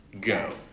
Go